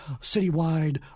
citywide